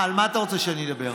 מה, על מה אתה רוצה שאני אדבר?